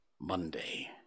Monday